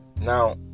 Now